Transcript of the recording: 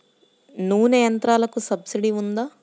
నూనె యంత్రాలకు సబ్సిడీ ఉందా?